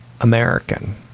American